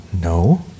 No